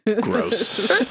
Gross